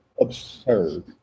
absurd